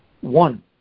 One